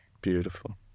Beautiful